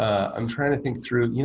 ah i'm trying to think through, you